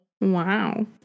Wow